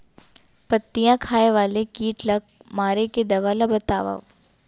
पत्तियां खाए वाले किट ला मारे के दवा ला बतावव?